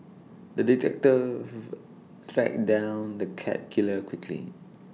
the detective tracked down the cat killer quickly